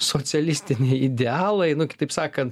socialistiniai idealai kitaip sakant